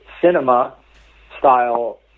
cinema-style